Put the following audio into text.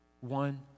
One